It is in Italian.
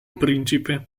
principe